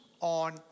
on